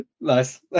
Nice